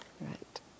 right